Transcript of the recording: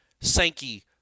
Sankey